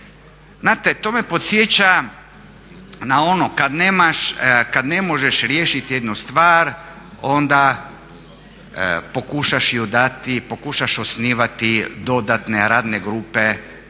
Znate, to me podsjeća na ono kad ne možeš riješiti jednu stvar onda pokušaš je dati, pokušaš osnivati dodatne radne grupe